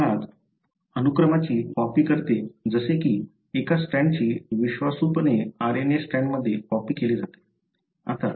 हे मुळात अनुक्रमाची कॉपी करते जसे की एका स्ट्रँडची विश्वासूपणे RNA स्ट्रँडमध्ये कॉपी केली जाते